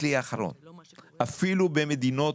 אפילו במדינות